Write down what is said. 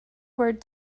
word